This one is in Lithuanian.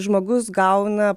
žmogus gauna